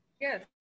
Yes